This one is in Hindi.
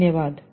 धन्यवाद